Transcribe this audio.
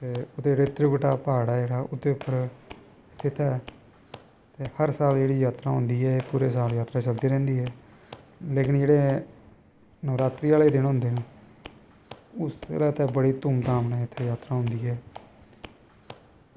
ते ओह् उत्थें जेह्ड़ा त्रिकुटा प्हाड़ ऐ जेह्ड़ा ओह्दे उप्पर उत्थें हर साल जेह्ड़ी जात्तरा होंदी ऐ एह् पूरे साल जात्तरा चलदी रौहंदी ऐ लेकिन जेह्ड़े नवरात्री आह्ले दिन होंदे ते उस च इत्थें बड़ी धूम धाम कन्नै जात्तरा होंदी ऐ